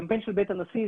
קמפיין של בית הנשיא,